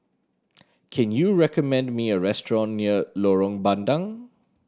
can you recommend me a restaurant near Lorong Bandang